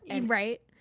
Right